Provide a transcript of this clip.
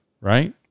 right